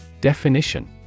Definition